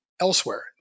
elsewhere